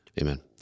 Amen